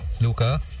Luca